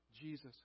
Jesus